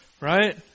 Right